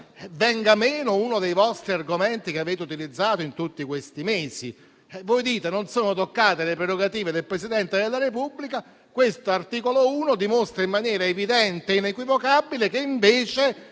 venga meno uno degli argomenti che avete utilizzato in tutti questi mesi. Voi dite che non vengono toccate le prerogative del Presidente della Repubblica. L'articolo 1 dimostra in maniera evidente e inequivocabile che invece